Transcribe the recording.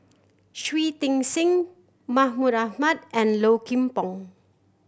Shui Tit Sing Mahmud Ahmad and Low Kim Pong